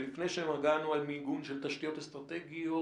ולפני שנגענו על מיגון של תשתיות אסטרטגיות